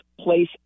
Place